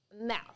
mouth